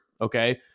okay